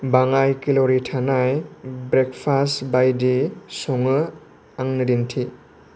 बाङाय केल'रि थानाय ब्रेकफास्त माबायदि सङो आंनो दिन्थि